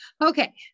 Okay